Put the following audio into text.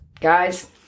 guys